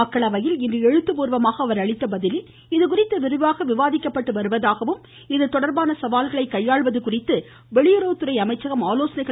மக்களவையில் இன்று எழுத்துபூர்வமாக அவர் அளித்த பதிலில் இதுகுறித்து விரிவாக விவாதிக்கப்பட்டு வருவதாகவும் இதுதொடர்பான சவால்களை கையாள்வது குறித்து வெளியுறவுத்துறை அமைச்சகம் மேற்கொண்டு வருவதாகவும் குறிப்பிட்டார்